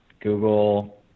Google